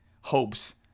hopes